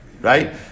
right